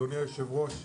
אדוני היושב-ראש,